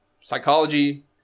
psychology